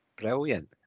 Brilliant